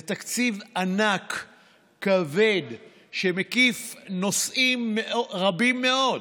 זה תקציב ענק, כבד, שמקיף נושאים רבים מאוד.